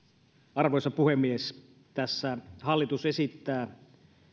arvoisa puhemies tässä hallitus esittää